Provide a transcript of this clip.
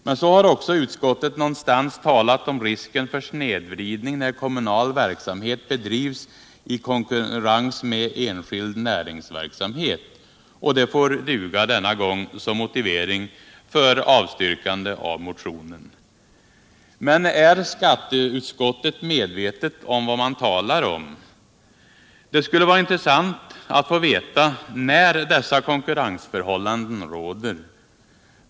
Men så har också utskottet någonstans talat om risken för ”snedvridningar när kommunal verksamhet bedrivs i konkurrens med enskild näringsverksamhet”, och det får duga denna gång som motivering för avstyrkande av motionen. Men är skatteutskottet medvetet om vad man talar om? Det skulle vara intressant att få veta när dessa konkurrensförhållanden råder.